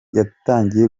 yatangiye